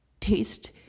taste